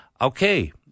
okay